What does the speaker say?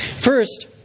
First